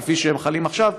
כפי שהם חלים עכשיו,